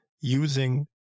using